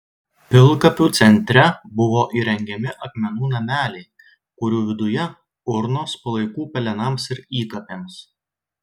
pilkapių centre buvo įrengiami akmenų nameliai kurių viduje urnos palaikų pelenams ir įkapėms